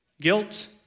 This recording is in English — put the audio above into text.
Guilt